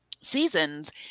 seasons